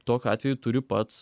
tokiu atveju turi pats